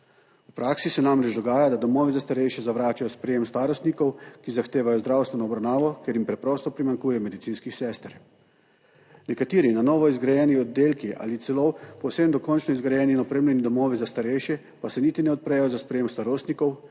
V praksi se namreč dogaja, da domovi za starejše zavračajo sprejem starostnikov, ki zahtevajo zdravstveno obravnavo, ker jim preprosto primanjkuje medicinskih sester. Nekateri na novo zgrajeni oddelki ali celo povsem dokončno izgrajeni in opremljeni domovi za starejše pa se niti ne odprejo za sprejem starostnikov,